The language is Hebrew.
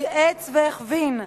ייעץ והכווין,